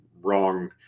wrong